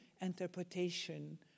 interpretation